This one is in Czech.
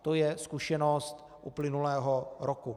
To je zkušenost uplynulého roku.